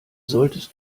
solltest